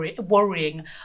worrying